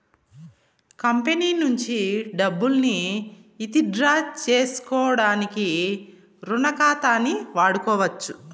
company నుంచి డబ్బుల్ని withdraw సేసుకోడానికి రుణ ఖాతాని వాడుకోవచ్చు